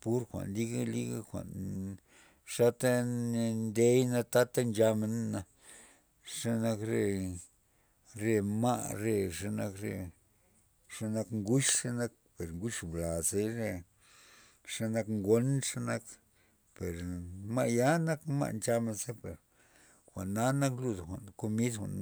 Pur jwa'n liga- liga jwa'n xata na ndeyna tata nchamena xenak re ma' xe nak re xenak nguch xenak per re nguch blaz ze xanak ngon xanak per ma'ya nak ze per jwa'na nak per komid jwa'n